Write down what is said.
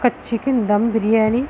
ఒక చికెన్ దమ్ బిర్యానీ